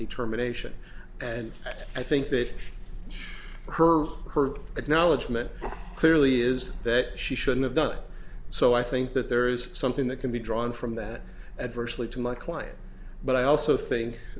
determination and i fish which her her acknowledgement clearly is that she should have done so i think that there is something that can be drawn from that adversely to my client but i also think